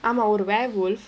ஆமா ஒரு:aamaa oru werewolf